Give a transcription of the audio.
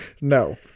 No